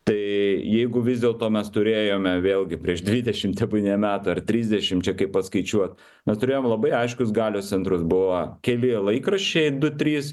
tai jeigu vis dėlto mes turėjome vėlgi prieš dvidešim tebūnie metų ar trisdešim čia kaip paskaičiuot mes turėjom labai aiškius galios centrus buvo keli laikraščiai du trys